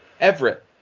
Everett